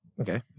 okay